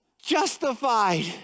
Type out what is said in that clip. justified